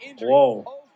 Whoa